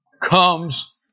comes